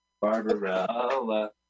Barbarella